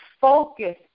focus